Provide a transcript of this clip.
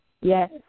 Yes